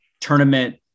tournament